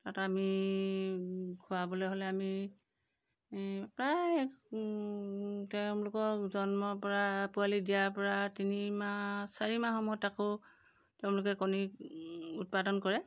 আৰু তাক আমি খোৱাবলৈ হ'লে আমি আমি প্ৰায় তেওঁলোকক জন্মৰপৰা পোৱালি দিয়াৰপৰা তিনিমাহ চাৰিমাহ সময়ত আকৌ তেওঁলোকে কণী উৎপাদন কৰে